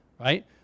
right